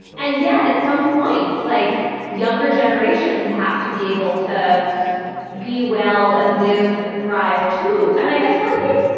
and yet at some point, like younger generations have to be able to be well and live and thrive, too and i guess one thing,